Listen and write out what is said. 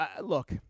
Look